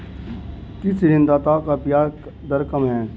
किस ऋणदाता की ब्याज दर कम है?